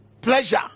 pleasure